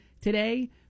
today